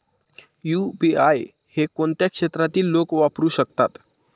UPI हे कोणत्या क्षेत्रातील लोक वापरू शकतात?